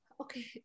Okay